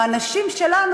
או האנשים שלנו,